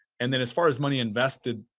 and then as far as money invested,